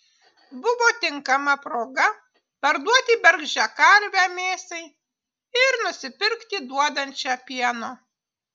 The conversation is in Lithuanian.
buvo tinkama proga parduoti bergždžią karvę mėsai ir nusipirkti duodančią pieno